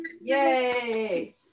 Yay